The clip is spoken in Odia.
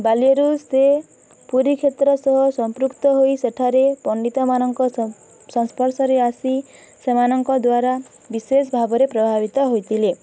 ବାଲ୍ୟରୁ ସେ ପୁରୀକ୍ଷେତ୍ର ସହ ସମ୍ପୃକ୍ତ ହୋଇ ସେଠାରେ ପଣ୍ଡିତମାନଙ୍କ ସଂସ୍ପର୍ଶରେ ଆସି ସେମାନଙ୍କ ଦ୍ୱାରା ବିଶେଷ ଭାବରେ ପ୍ରଭାବିତ ହୋଇଥିଲେ